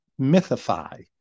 mythify